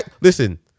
listen